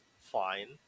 fine